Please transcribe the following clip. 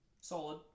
Solid